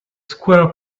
square